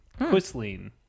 Quisling